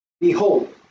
Behold